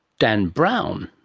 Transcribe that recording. dan brown?